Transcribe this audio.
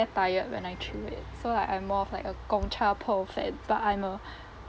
very tired when I chew it so like I'm more of like a Gong Cha pearl fan but I'm a